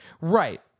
Right